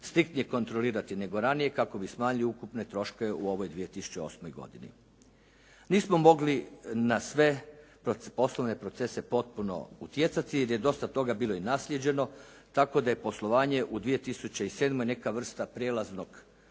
striktnije kontrolirati nego ranije kako bi smanjili ukupne troškove u ovoj 2008. godini. Nismo mogli na sve poslovne procese potpuno utjecati jer je dosta toga bilo i naslijeđeno, tako da je poslovanje u 2007. neka vrsta prijelaznog